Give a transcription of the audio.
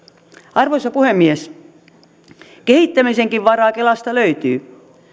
arvoisa puhemies kehittämisenkin varaa kelasta löytyy